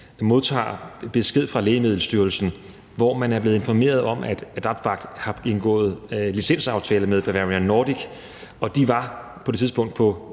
modtager besked fra Lægemiddelstyrelsen om, at man er blevet informeret om, at Adapt Vac har indgået licensaftale med Bavarian Nordic, og de var på det tidspunkt på